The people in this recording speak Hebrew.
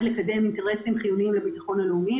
לקדם אינטרסים חיוניים לביטחון הלאומי.